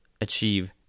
achieve